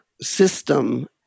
system